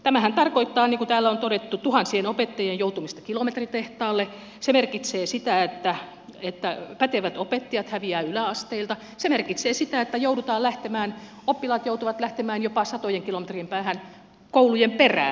tämähän tarkoittaa niin kuin täällä on todettu tuhansien opettajien joutumista kilometritehtaalle se merkitsee sitä että pätevät opettajat häviävät yläasteilta se merkitsee sitä että oppilaat joutuvat lähtemään jopa satojen kilometrien päähän koulujen perään